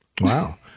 Wow